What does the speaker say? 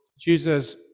Jesus